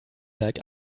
like